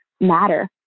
matter